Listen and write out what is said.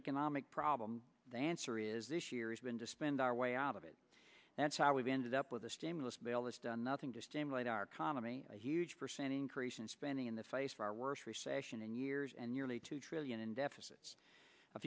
economic problem the answer is this year has been to spend our way out of it that's how we've ended up with the stimulus bill has done nothing to stimulate our economy a huge percent increase in spending in the face of our worst recession in years and years and two trillion in deficits a